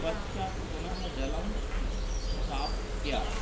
पश्चात् पुनः जलं स्थाप्य